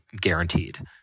guaranteed